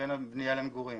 לבין הבנייה למגורים.